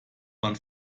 man